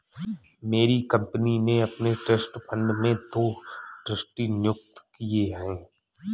मेरी कंपनी ने अपने ट्रस्ट फण्ड में दो ट्रस्टी नियुक्त किये है